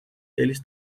eles